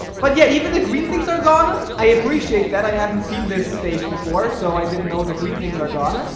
but yeah, even the green things are gone i appreciate that. i haven't seen this stage before so i didn't know the green things are gone. ah